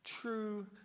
True